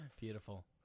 Beautiful